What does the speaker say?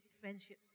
friendship